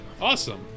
Awesome